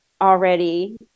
already